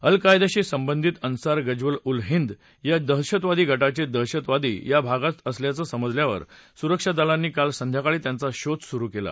अल कायदाशा अंबंधित अन्सार गज्वत उल हिंद या दहशतवादा गटाचे दहशतवाद क्रा भागात असल्याचं समजल्यावर सुरक्षा दलांनाक्राल संध्याकाळाव्यांचा शोध सुरु केला